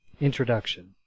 INTRODUCTION